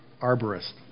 Arborist